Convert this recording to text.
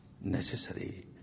necessary